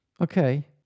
Okay